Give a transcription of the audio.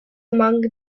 among